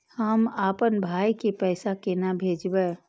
हम आपन भाई के पैसा केना भेजबे?